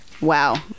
Wow